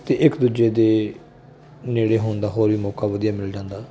ਅਤੇ ਇੱਕ ਦੂਜੇ ਦੇ ਨੇੜੇ ਹੋਣ ਦਾ ਹੋਰ ਵੀ ਮੌਕਾ ਵਧੀਆ ਮਿਲ ਜਾਂਦਾ